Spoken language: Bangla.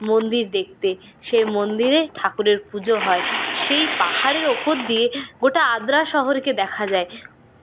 মন্দির দেখতে সেই মন্দিরে ঠাকুরের পুজো হয় সেই পাহাড়ের ওপর দিয়ে গোটা আদ্রা শহরকে দেখা যায়